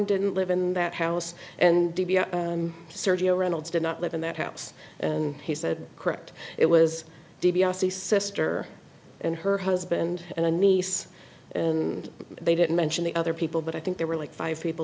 didn't live in that house and sergio reynolds did not live in that house and he said correct it was dibiase sister and her husband and a niece and they didn't mention the other people but i think they were like five people